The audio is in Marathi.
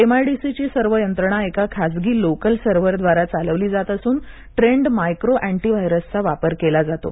एम आय डी सी ची सर्व यंत्रणा एका खासगी लोकल सर्वर द्वारा चालवली जात असून ट्रेंड मायक्रो अँटिव्हायरस चा वापर केला जातो